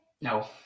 No